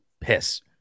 piss